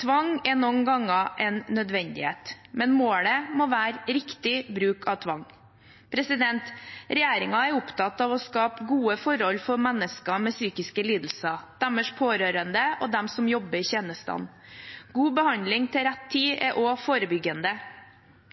Tvang er noen ganger en nødvendighet, men målet må være riktig bruk av tvang. Regjeringen er opptatt av å skape gode forhold for mennesker med psykiske lidelser, deres pårørende og de som jobber i tjenestene. God behandling til rett tid er også forebyggende.